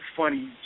funny